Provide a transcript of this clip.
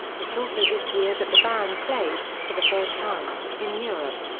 it's also this year that the band played, for the first time, in europe.